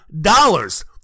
dollars